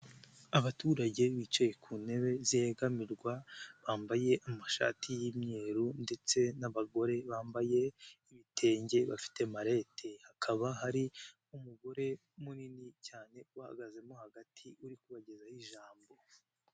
Abaturage bicaye ku ntebe zigamirwa, bambaye amashati y'imyeru, ndetse n'abagore bambaye ibitenge bafite malete hakaba hari n'umugore munini cyane uhagazemo hagati uri kubagezaho ijambo.